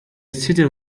city